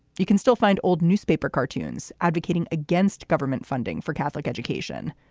you can still find old newspaper cartoons advocating against government funding for catholic education.